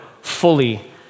fully